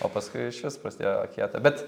o paskui išvis prasidėjo kieta bet